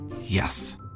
Yes